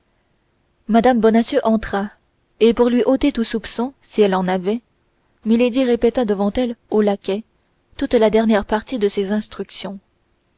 mme bonacieux entra et pour lui ôter tout soupçon si elle en avait milady répéta devant elle au laquais toute la dernière partie de ses instructions